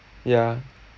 ya